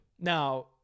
Now